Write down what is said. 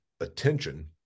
attention